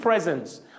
Presence